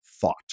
thought